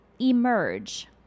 emerge